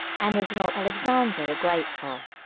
and was not alexander the grateful.